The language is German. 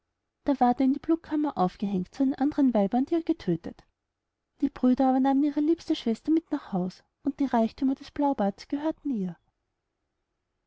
da ward er in die blutkammer aufgehängt zu den andern weibern die er getödtet die brüder aber nahmen ihre liebste schwester mit nach haus und alle reichthümer des blaubarts gehörten ihr